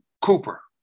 Cooper